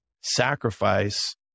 sacrifice